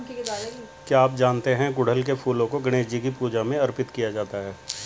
क्या आप जानते है गुड़हल के फूलों को गणेशजी की पूजा में अर्पित किया जाता है?